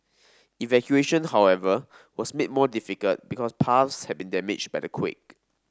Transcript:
evacuation however was made more difficult because paths had been damaged by the quake